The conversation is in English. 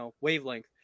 wavelength